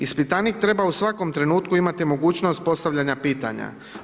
Ispitanik treba u svakom trenutku imati mogućnost postavljanja pitanja.